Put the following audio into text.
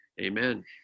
amen